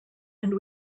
and